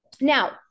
Now